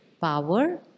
power